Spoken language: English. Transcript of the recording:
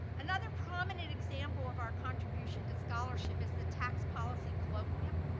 another prominent example of our contribution to scholarship is the tax policy colloquium.